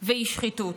והיא שחיתות.